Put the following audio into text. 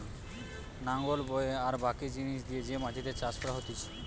লাঙল বয়ে আর বাকি জিনিস দিয়ে যে মাটিতে চাষ করা হতিছে